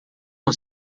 com